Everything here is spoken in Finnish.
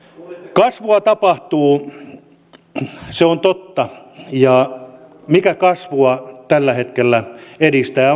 kasvua tapahtuu se on totta mutta mikä sitä kasvua tällä hetkellä edistää